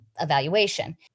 evaluation